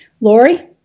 Lori